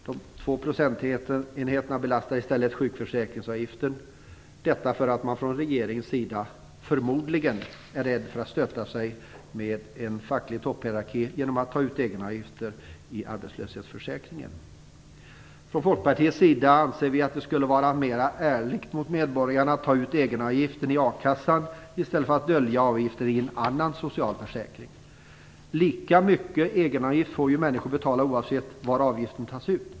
De två procentenheterna belastar i stället sjukförsäkringsavgiften, detta för att regeringen förmodligen är rädd för att stöta sig med en facklig topphierarki genom att ta ut egenavgifter i arbetslöshetsförsäkringen. Folkpartiet anser att det vore mer ärligt mot medborgarna att ta ut egenavgiften i a-kassan i stället för att dölja avgiften i en annan social försäkring. Människor får ju betala lika mycket i egenavgift oavsett var avgiften tas ut.